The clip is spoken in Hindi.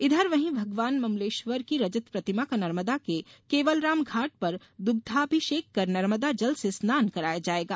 इधर वही भगवान ममलेश्वर की रजत प्रतिमा का नर्मदा के केवलराम घाट पर दुग्धाभिषेक कर नर्मदा जल से स्नान कराया जाएगा